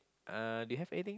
uh do you have anything